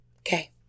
okay